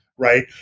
Right